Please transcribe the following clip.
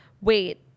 Wait